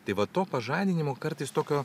tai va to pažadinimo kartais tokio